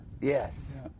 Yes